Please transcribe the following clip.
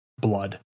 blood